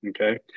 Okay